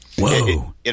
Whoa